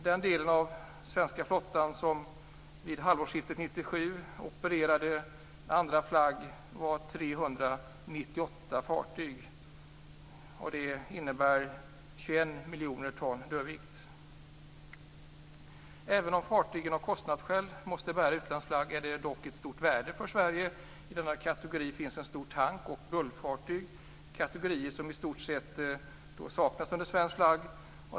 Den del av den svenska flottan som vid halvårsskiftet 1997 opererade under utländsk flagg uppgick till 398 fartyg med 21 Även om fartygen av kostnadsskäl måste bära utländsk flagg är de av stort värde för Sverige. I denna kategori finns stora tank och bulkfartyg, kategorier som i stort sett saknas under svensk flagg.